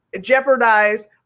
jeopardize